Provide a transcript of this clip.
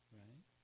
right